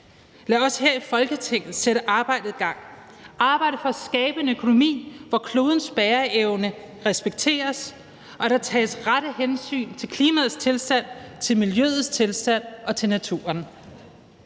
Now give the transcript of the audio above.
Lad os her i Folketinget sætte arbejdet i gang – arbejde for at skabe en økonomi, hvor klodens bæreevne respekteres og der tages rette hensyn til klimaets tilstand, til miljøets tilstand og til naturen,